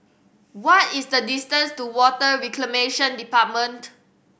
what is the distance to Water Reclamation Department